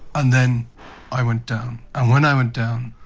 and then i went down. and when i went down,